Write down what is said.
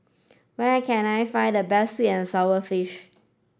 where can I find the best sweet and sour fish